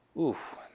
Oof